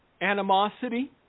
animosity